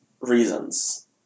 reasons